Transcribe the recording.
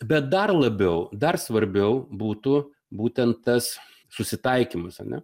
bet dar labiau dar svarbiau būtų būtent tas susitaikymas ar ne